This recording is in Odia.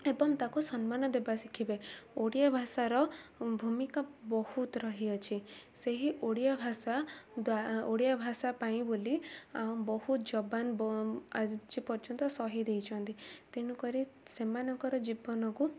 ଏବଂ ତାକୁ ସମ୍ମାନ ଦେବା ଶିଖିବେ ଓଡ଼ିଆ ଭାଷାର ଭୂମିକା ବହୁତ ରହିଅଛି ସେହି ଓଡ଼ିଆ ଭାଷା ଓଡ଼ିଆ ଭାଷା ପାଇଁ ବୋଲି ଆଉ ବହୁତ ଯବାନ ଆଜି ପର୍ଯ୍ୟନ୍ତ ସହିଦ ହେଇଛନ୍ତି ତେଣୁ କରି ସେମାନଙ୍କର ଜୀବନକୁ